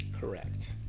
Correct